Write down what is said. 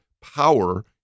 power